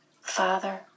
Father